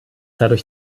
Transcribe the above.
dadurch